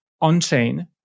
on-chain